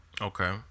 Okay